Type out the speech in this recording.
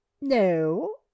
No